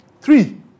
Three